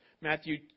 Matthew